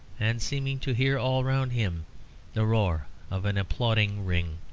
and seeming to hear all round him the roar of an applauding ring.